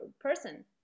person